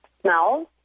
smells